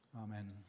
Amen